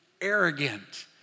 arrogant